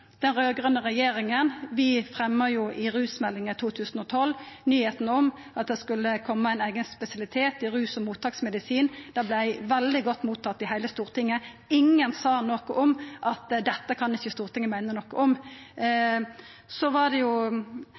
den raud-grøne regjeringa fremja jo i rusmeldinga i 2012 nyheita om at det skulle koma ein eigen spesialitet i rus- og mottaksmedisin. Det vart veldig godt mottatt i heile Stortinget, og ingen sa noko om at Stortinget ikkje kan meine noko om dette. Og så har ein jo